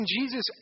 Jesus